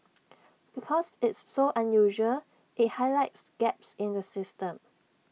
because it's so unusual IT highlights gaps in the system